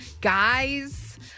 Guys